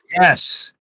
Yes